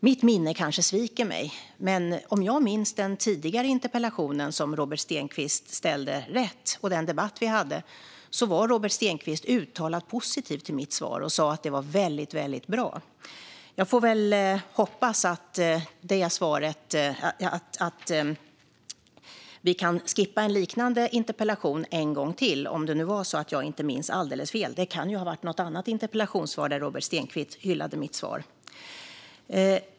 Mitt minne kanske sviker mig, men om jag minns den tidigare interpellationsdebatten med Robert Stenkvist rätt var han uttalat positiv till mitt svar och sa att det var väldigt bra. Jag får väl hoppas att vi kan skippa att ha en liknande interpellationsdebatt en gång till. Men jag kanske minns alldeles fel - det kan ju ha varit någon annan interpellationsdebatt där Robert Stenkvist hyllade mitt svar.